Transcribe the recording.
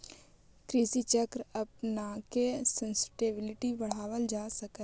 कृषि चक्र अपनाके सस्टेनेबिलिटी बढ़ावल जा सकऽ हइ